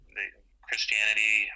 Christianity